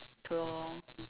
okay lor